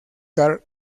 carl